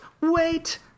Wait